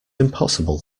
impossible